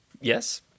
yes